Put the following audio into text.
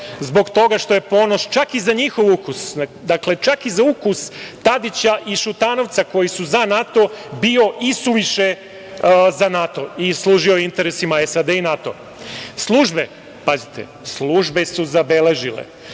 zbog toga što je Ponoš, čak i za njihov ukus, dakle, čak i za ukus Tadića i Šutanovca, koji su za NATO bio isuviše za NATO i služio interesima SAD i NATO.Službe, pazite, službe su zabeležile